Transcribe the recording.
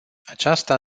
aceasta